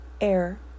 Air